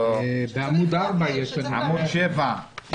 בעמוד 4 יש לנו את הרבני השכונות.